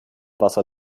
wasser